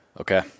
okay